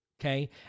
Okay